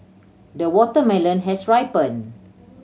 the watermelon has ripened